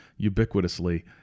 ubiquitously